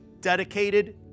dedicated